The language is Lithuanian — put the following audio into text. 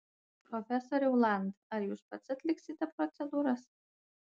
profesoriau land ar jūs pats atliksite procedūras